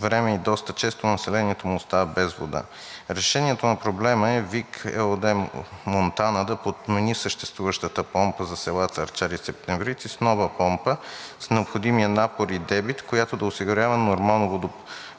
време и доста често населението му остава без вода. Решението на проблема е „ВиК“ ЕООД – Монтана, да подмени съществуващата помпа за селата Арчар и Септемврийци с нова помпа, с необходимия напор и дебит, който да осигурява нормално водоподаване